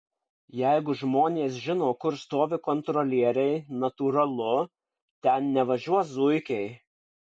jeigu žmonės žino kur stovi kontrolieriai natūralu ten nevažiuos zuikiai